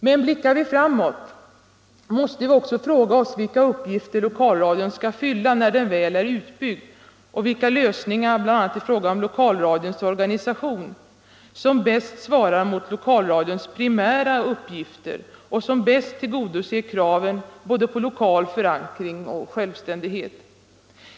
Men blickar vi framåt måste vi också fråga oss vilka uppgifter lokalradion skall fylla när den väl är utbyggd och vilka lösningar, bl.a. i fråga om lokalradions organisation, som bäst svarar mot lokalradions primära uppgifter och som bäst tillgodoser kraven både på lokal förankring och självständighet.